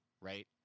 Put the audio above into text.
right